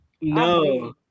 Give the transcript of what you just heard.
No